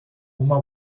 uma